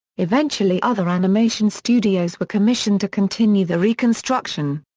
eventually other animation studios were commissioned to continue the reconstruction.